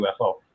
UFO